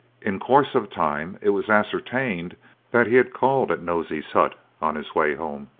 in course of time it was ascertained that he had called at nosey's hut on his way home.